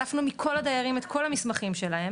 אספנו מכל הדיירים את כל המסמכים שלהם